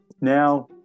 Now